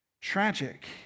tragic